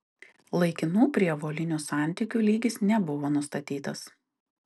laikinų prievolinių santykių lygis nebuvo nustatytas